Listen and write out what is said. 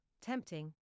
tempting